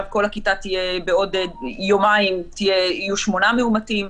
בכל הכיתה בעוד יומיים יהיו שמונה מאומתים.